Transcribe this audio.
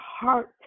heart